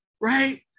right